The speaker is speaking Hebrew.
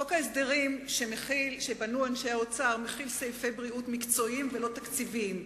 חוק ההסדרים שבנו אנשי האוצר מכיל סעיפי בריאות מקצועיים ולא תקציביים,